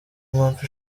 mpamvu